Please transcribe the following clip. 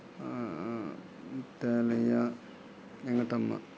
Telayya Vengatamma